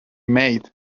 maid